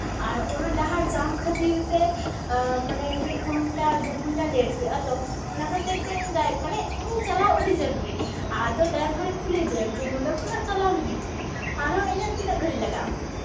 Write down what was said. ᱟᱨ ᱚᱱᱟ ᱰᱟᱦᱟᱨ ᱡᱟᱢ ᱠᱷᱟᱹᱛᱤᱨ ᱛᱮ ᱢᱟᱱᱮ ᱢᱤᱫ ᱜᱷᱚᱱᱴᱟ ᱫᱩ ᱜᱷᱚᱱᱴᱟ ᱞᱮᱴ ᱦᱩᱭᱩᱜᱼᱟ ᱛᱚ ᱚᱱᱟ ᱠᱷᱟᱹᱛᱤᱨ ᱛᱮ ᱤᱧ ᱢᱟᱱᱮ ᱩᱱᱤ ᱪᱟᱞᱟᱣ ᱟᱹᱰᱤ ᱡᱟᱹᱨᱩᱨᱤ ᱟᱫᱚ ᱰᱟᱭᱵᱷᱟᱨ ᱤᱧ ᱠᱩᱞᱤ ᱠᱮᱫᱮᱭᱟ ᱡᱮ ᱱᱚᱰᱮ ᱠᱷᱚᱱᱟᱜ ᱪᱟᱞᱟᱣ ᱞᱟᱹᱜᱤᱫ ᱟᱨᱦᱚᱸ ᱤᱧᱟᱹᱜ ᱛᱤᱱᱟᱹᱜ ᱜᱷᱟᱹᱲᱤᱡ ᱞᱟᱜᱟᱜᱼᱟ